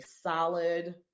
solid